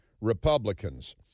Republicans